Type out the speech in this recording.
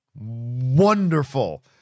wonderful